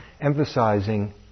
emphasizing